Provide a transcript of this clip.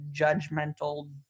judgmental